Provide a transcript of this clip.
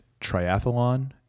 triathlon